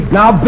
Now